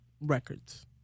records